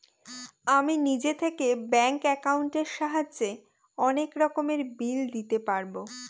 আমি নিজে থেকে ব্যাঙ্ক একাউন্টের সাহায্যে অনেক রকমের বিল দিতে পারবো